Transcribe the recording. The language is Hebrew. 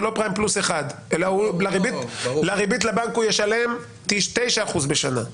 ולא פריים פלוס אחד אלא ריבית לבנק הוא ישלם 9% 10% בשנה,